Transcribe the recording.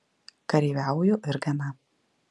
kareiviauju ir gana